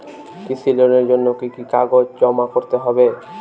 কৃষি লোনের জন্য কি কি কাগজ জমা করতে হবে?